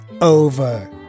over